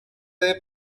del